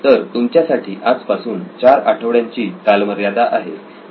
तर तुमच्यासाठी आज पासून 4 आठवड्यांची कालमर्यादा आहे